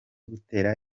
gutera